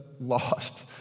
lost